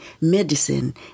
medicine